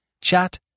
chat